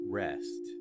rest